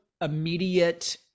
immediate